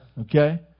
Okay